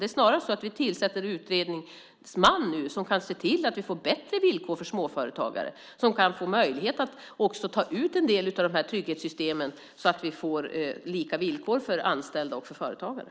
Det är snarare så att vi nu tillsätter en utredningsman som kan se till att vi får bättre villkor för småföretagare, så att de kan få möjlighet att också ta ut en del av de här trygghetssystemen, så att vi får lika villkor för anställda och för företagare.